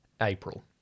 April